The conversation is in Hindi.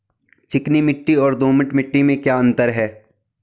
चिकनी मिट्टी और दोमट मिट्टी में क्या अंतर है?